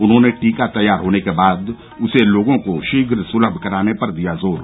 उन्होंने टीका तैयार होने के बाद उसे लोगों को शीघ्र स्लभ कराने पर दिया जोर